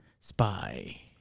Spy